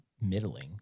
middling